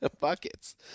Buckets